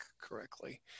correctly